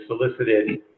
solicited